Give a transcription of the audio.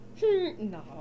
No